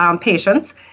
patients